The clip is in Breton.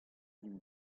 vimp